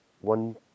one